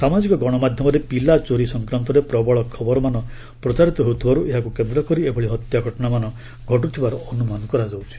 ସାମାଜିକ ଗଣମାଧ୍ୟମରେ ପିଲା ଚୋରି ସଂକ୍ରାନ୍ତରେ ପ୍ରବଳ ଖବରମାନ ପ୍ରଚାରିତ ହେଉଥିବାରୁ ଏହାକୁ କେନ୍ଦ୍ର କରି ଏଭଳି ହତ୍ୟା ଘଟଣାମାନ ଘଟୁଥିବାର ଅନୁମାନ କରାଯାଉଛି